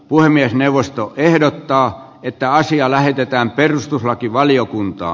puhemiesneuvosto ehdottaa että asia lähetetään perustuslakivaliokuntaan